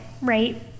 right